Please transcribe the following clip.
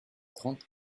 trente